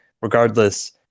regardless